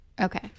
Okay